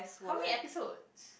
how many episodes